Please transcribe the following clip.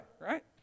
right